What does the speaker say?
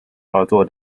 操作